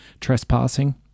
trespassing